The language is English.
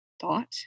thought